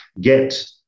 get